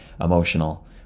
emotional